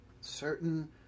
certain